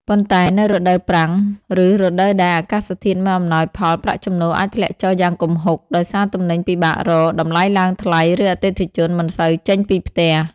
ប៉ុន្តែនៅរដូវប្រាំង ឬរដូវដែលអាកាសធាតុមិនអំណោយផល ប្រាក់ចំណូលអាចធ្លាក់ចុះយ៉ាងគំហុក ដោយសារទំនិញពិបាករក តម្លៃឡើងថ្លៃ ឬអតិថិជនមិនសូវចេញពីផ្ទះ។